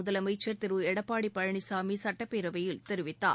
முதலமைச்சர் திரு எடப்பாடி பழனிசாமி சட்டப்பேரவையில் தெரிவித்தார்